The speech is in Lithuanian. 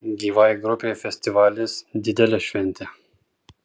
gyvai grupei festivalis didelė šventė